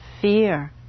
fear